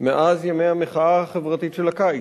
מאז ימי המחאה החברתית של הקיץ.